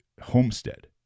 homestead